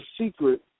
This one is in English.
secret